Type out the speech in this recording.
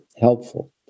helpful